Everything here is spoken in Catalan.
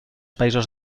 països